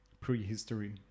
prehistory